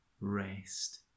rest